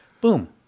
Boom